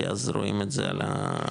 כי אז רואים את זה על הדירות.